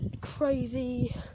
crazy